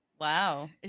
Wow